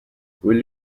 will